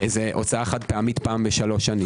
איזו הוצאה חד פעמית פעם בשלוש שנים.